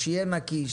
שיהיה נקי,